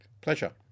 Pleasure